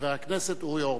חבר הכנסת אורי אורבך.